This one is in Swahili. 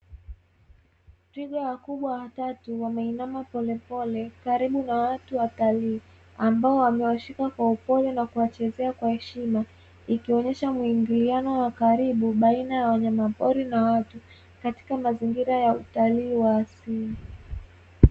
Twiga wakubwa watatu wameinama pole pole karibu na watu watali, ambao wamewashika kwa upole na kuwachezea kwa heshima, ikionyesha muingiliano wa karibu baina ya wanyamapori na watu katika mazingira ya utalii wa asili